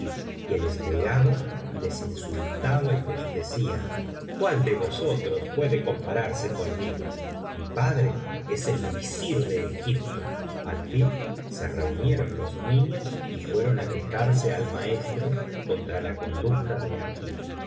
que les pegaba y les insultaba y les decía cuál de vosotros puede compararse conmigo mi padra es el visir de egipto al i esto es maravilloso türo ii biblioteca valenciana generalitat valenciana las mil noches y una noche fin se reunieron los niños y fueron á quejarse al maestro contra la conducta de agib